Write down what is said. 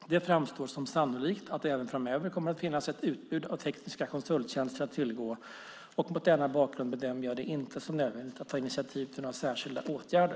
Det framstår som sannolikt att det även framöver kommer att finnas ett utbud av tekniska konsulttjänster att tillgå. Mot denna bakgrund bedömer jag det inte som nödvändigt att ta initiativ till några särskilda åtgärder.